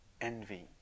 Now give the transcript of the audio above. Envy